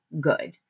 good